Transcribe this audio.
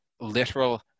literal